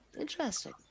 Interesting